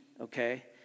okay